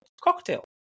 cocktail